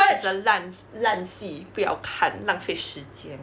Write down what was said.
it's a 烂 S 烂戏不要看浪费时间